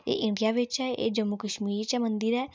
एह् इंडिया बिच्च ऐ एह् जम्मू कश्मीर च ऐ मंदिर ऐ